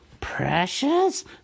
precious